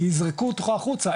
כי יזרקו אותך החוצה,